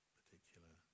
particular